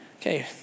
Okay